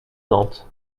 nantes